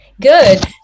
Good